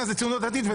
דתית?